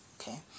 okay